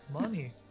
Money